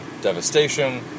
devastation